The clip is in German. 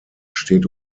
steht